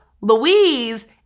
Louise